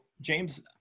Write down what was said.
James